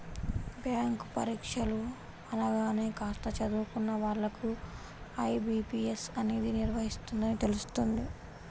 bank పరీక్షలు అనగానే కాస్త చదువుకున్న వాళ్ళకు ఐ.బీ.పీ.ఎస్ అనేది నిర్వహిస్తుందని తెలుస్తుంది